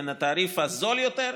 בין התעריף הזול יותר,